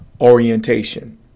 orientation